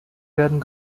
werden